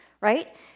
Right